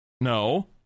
No